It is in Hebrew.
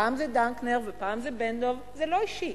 פעם זה דנקנר ופעם זה בן-דב, זה לא אישי.